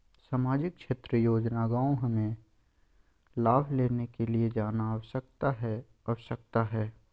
सामाजिक क्षेत्र योजना गांव हमें लाभ लेने के लिए जाना आवश्यकता है आवश्यकता है?